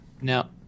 Now